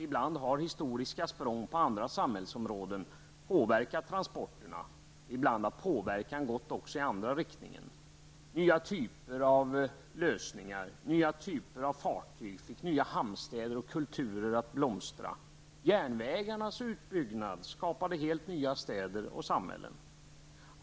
Ibland har historiska språng på andra samhällsområden påverkat transporterna, och ibland har påverkan gått också i andra riktningen: nya typer av fartyg fick nya hamnstäder och kulturer att blomstra, järnvägarnas utbyggnad skapade helt nya städer och samhällen.